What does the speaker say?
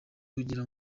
kugira